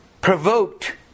Provoked